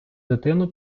дитину